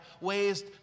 ways